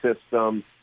system